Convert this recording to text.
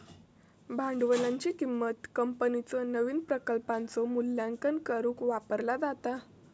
भांडवलाची किंमत कंपनीच्यो नवीन प्रकल्पांचो मूल्यांकन करुक वापरला जाता